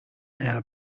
era